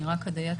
אני רק אדייק,